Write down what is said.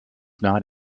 not